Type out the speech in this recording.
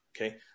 Okay